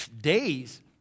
days